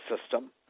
system